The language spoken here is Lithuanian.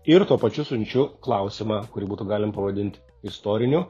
ir tuo pačiu siunčiu klausimą kurį būtų galim pavadint istoriniu